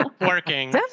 working